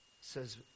says